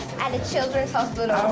and the children's hospital.